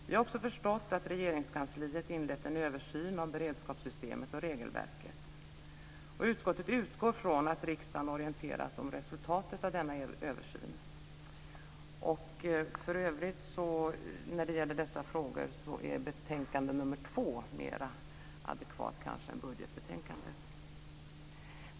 Vi har också förstått att Regeringskansliet har inlett en översyn av beredskapssystemet och regelverket. Utskottet utgår från att riksdagen orienteras om resultatet av denna översyn. För övrigt är betänkande nr 2 mer adekvat än budgetbetänkandet när det gäller dessa frågor.